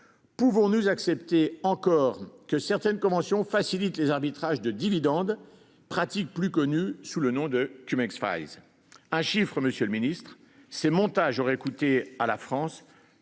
Pouvons-nous accepter encore que certaines conventions facilitent les arbitrages de dividendes pratique plus connu sous le nom de tu m'exprimer. Un chiffre. Monsieur le Ministre ces montages aurait coûté à la France